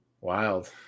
wild